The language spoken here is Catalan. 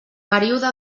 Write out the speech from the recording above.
període